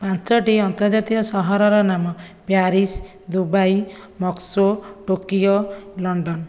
ପାଞ୍ଚୋଟି ଆନ୍ତର୍ଜାତୀୟ ସହରର ନାମ Paris Dubai Moscow Tokyo London